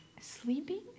sleeping